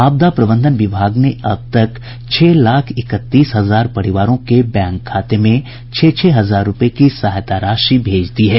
आपदा प्रबंधन विभाग ने अब तक छह लाख इकतीस हजार परिवारों के बैंक खाते में छह छह हजार रूपये की सहायता राशि भेज दी है